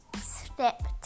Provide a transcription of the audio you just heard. Step